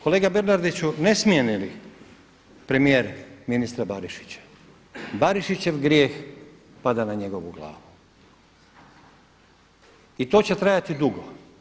Kolega Bernardiću ne smijeni li premijer ministra Barišića, Barišićev grijeh pada na njegovu glavu i to će trajati dugo.